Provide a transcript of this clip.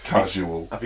Casual